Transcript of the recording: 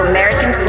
American